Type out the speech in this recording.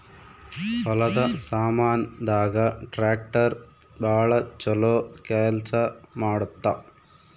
ಹೊಲದ ಸಾಮಾನ್ ದಾಗ ಟ್ರಾಕ್ಟರ್ ಬಾಳ ಚೊಲೊ ಕೇಲ್ಸ ಮಾಡುತ್ತ